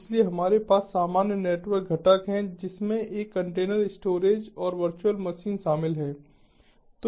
इसलिए हमारे पास सामान्य नेटवर्क घटक है जिसमें एक कंटेनर स्टोरेज और वर्चुअल मशीन शामिल है